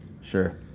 Sure